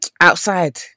outside